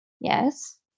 yes